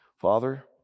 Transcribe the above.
Father